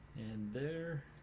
there